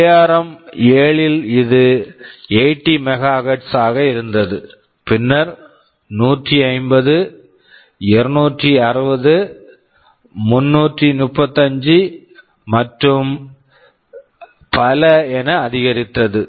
ARM 7 ARM7 ல் இது 80 megahertz MHz ஆக இருந்தது பின்னர் 150 260 335 மற்றும் பல என அதிகரித்தது